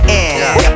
end